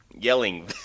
yelling